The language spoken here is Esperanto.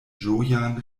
ĝojan